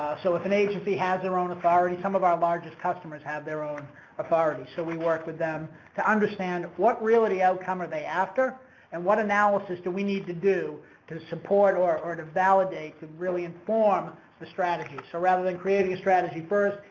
so if an agency has their own authority, some of our largest customers have their own authority so we work with them to understand what really the outcome are they after and what analysis do we need to do to support or, or to validate to really inform the strategy. so rather than creating a strategy first,